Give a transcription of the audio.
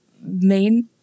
main